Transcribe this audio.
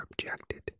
objected